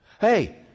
Hey